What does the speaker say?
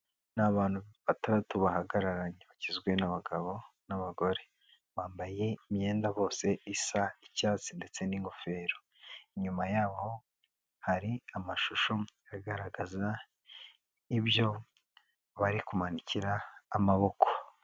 Ni abantu batandatu bahagararanye bagizwe n'abagabo n'abagore. Bambaye imyenda bose isa n'icyatsi ndetse n'ingofero. Inyuma yaho hari amashusho agaragaza ibyo bari kumanikira amaboko.